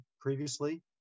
previously